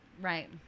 Right